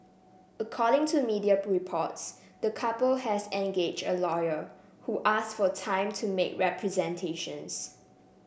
according to media reports the couple has engage a lawyer who asked for time to make representations